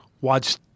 watch